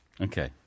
Okay